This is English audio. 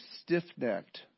stiff-necked